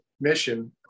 mission